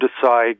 decide